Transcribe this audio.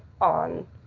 on